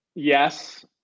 Yes